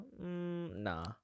Nah